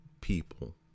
people